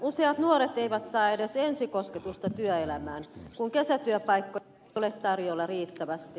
useat nuoret eivät saa edes ensikosketusta työelämään kun kesätyöpaikkoja ei ole tarjolla riittävästi